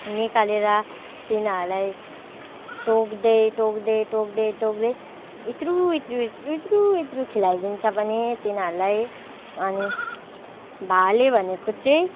निकालेर तिनीहरूलाई टोक्दै टोक्दै टोक्दै टोक्दै यत्रु यत्रु यत्रु यत्रु यत्रु यत्रु यत्रु खुवाइदिन्छ पनि तिनीहरूलाई अनि भाले भनेको चाहिँ